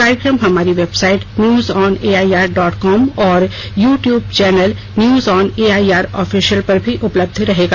कार्यक्रम हमारी website news on AIR dot com और YouTube channel news on AIR official पर भी उपलब्ध रहेगा